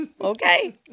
okay